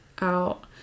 out